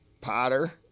Potter